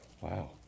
Wow